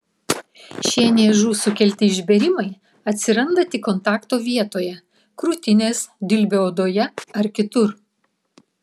šie niežų sukelti išbėrimai atsiranda tik kontakto vietoje krūtinės dilbio odoje ar kitur